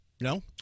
No